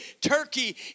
turkey